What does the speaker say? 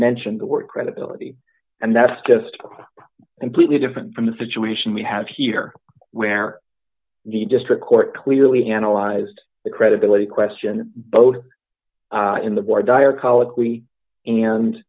mention the word credibility and that's just completely different from the situation we have here where the district court clearly analyzed the credibility question both in the